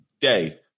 day